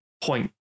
point